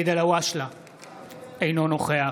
אינו נוכח